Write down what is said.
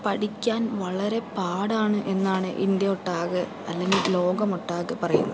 പഠിക്കാൻ വളരെ പാടാണ് എന്നാണ് ഇന്ത്യ ഒട്ടാകെ അല്ലെങ്കിൽ ലോകം ഒട്ടാകെ പറയുന്നത്